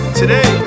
today